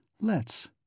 Let's